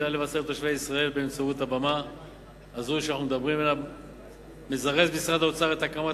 כדאי לבשר לתושבי ישראל באמצעות הבמה הזו: משרד האוצר מזרז את הקמת